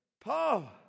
Paul